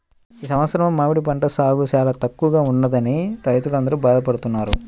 ఈ సంవత్సరం మామిడి పంట సాగు చాలా తక్కువగా ఉన్నదని రైతులందరూ బాధ పడుతున్నారు